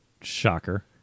Shocker